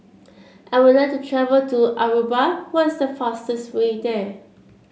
I would like to travel to Aruba what is the fastest way there